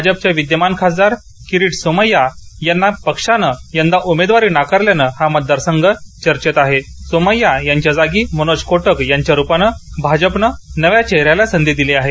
भाजपचे विद्यमान खासदार किरीट सोमय्या यांना पक्षाने यदा उमेदवारी नाकारल्याने हा मतदार संघ चर्चेत आहे सोमय्या यांच्या जागी मनोज कोटक यांच्या रूपाने भाजपने नव्या चेहऱ्याला संधी दिली आहे